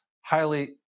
highly